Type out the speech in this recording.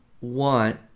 want